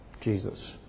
Jesus